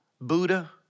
Buddha